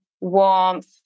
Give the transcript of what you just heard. warmth